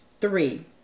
Three